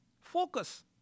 Focus